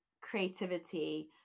creativity